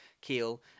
keel